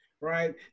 right